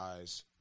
eyes